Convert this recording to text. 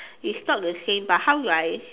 is not the same but how do I